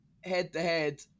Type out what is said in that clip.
head-to-head